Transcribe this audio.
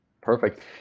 perfect